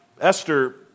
Esther